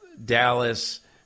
dallas